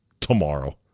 tomorrow